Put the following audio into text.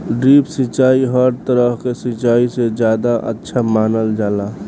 drip सिंचाई हर तरह के सिचाई से ज्यादा अच्छा मानल जाला